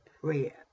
prayer